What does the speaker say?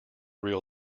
real